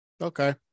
Okay